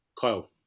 Kyle